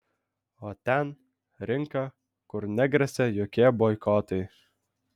o ten rinka kur negresia jokie boikotai